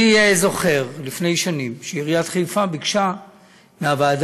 אני זוכר שלפני שנים עיריית חיפה ביקשה מהוועדה